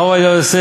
הרב עובדיה יוסף,